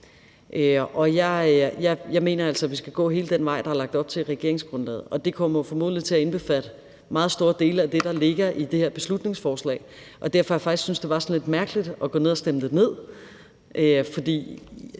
Jeg mener altså, at vi skal gå hele den vej, der er lagt op til i regeringsgrundlaget, og det kommer formodentlig til at indbefatte meget store dele af det, der ligger i det her beslutningsforslag. Kl. 20:15 Derfor synes jeg faktisk, at det er lidt mærkeligt at skulle gå ned og stemme det ned,